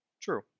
True